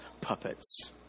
puppets